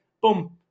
boom